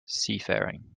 seafaring